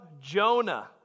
Jonah